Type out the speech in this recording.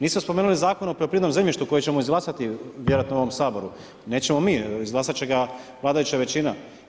Niste spomenuli Zakon o poljoprivrednom zemljištu kojeg ćemo izglasati vjerojatno u ovom Saboru, nećemo mi izglasat će ga vladajuća većina.